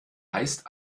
heißt